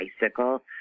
bicycle